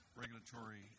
regulatory